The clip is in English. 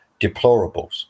deplorables